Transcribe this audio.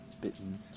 bitten